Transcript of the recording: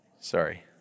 Sorry